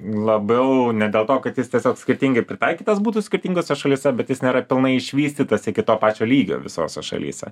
labiau ne dėl to kad jis tiesiog skirtingai pritaikytas būtų skirtingose šalyse bet jis nėra pilnai išvystytas iki to pačio lygio visose šalyse